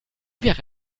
wäre